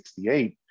1968